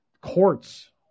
courts